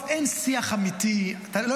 מתחייב אני.